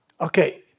Okay